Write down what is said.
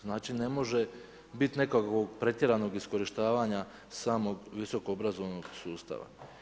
Znači ne može biti nekakvog pretjeranog iskorištavanja samog visokoobrazovnog sustava.